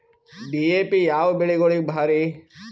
DAP ಯಾವ ಬೆಳಿಗೊಳಿಗ ಭಾರಿ?